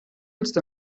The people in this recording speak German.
jetzt